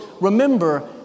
remember